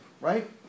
right